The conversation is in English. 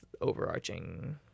overarching